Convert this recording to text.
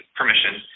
permission